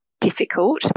difficult